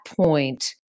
point